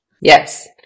Yes